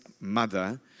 mother